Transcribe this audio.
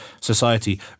society